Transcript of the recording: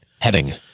heading